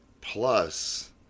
plus